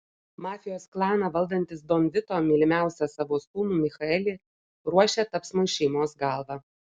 mafijos klaną valdantis don vito mylimiausią savo sūnų michaelį ruošia tapsmui šeimos galva